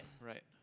right